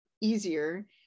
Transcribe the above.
easier